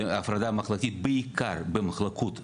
הפרדה מחלקתית בעיקר במחלקות סגורות.